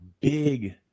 big